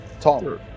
Tom